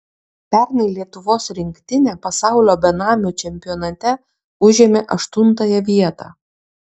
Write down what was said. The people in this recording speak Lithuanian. pernai lietuvos rinktinė pasaulio benamių čempionate užėmė aštuntąją vietą